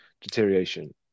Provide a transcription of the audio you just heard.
deterioration